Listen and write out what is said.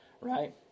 Right